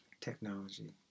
technology